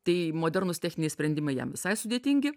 tai modernūs techniniai sprendimai jam visai sudėtingi